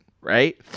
right